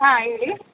ಹಾಂ ಹೇಳಿ